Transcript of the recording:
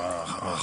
הוודאות,